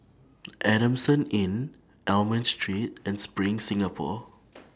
Adamson Inn Almond Street and SPRING Singapore